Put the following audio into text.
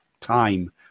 time